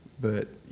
but,